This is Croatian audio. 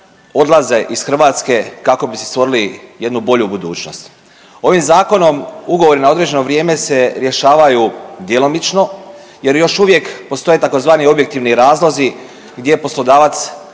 odlaze iz Hrvatske kako bi si stvorili jednu bolju budućnost. Ovim zakonom ugovori na određeno vrijeme se rješavaju djelomično, jer još uvijek postoje tzv. objektivni razlozi gdje poslodavac